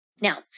Now